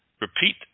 Repeat